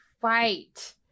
fight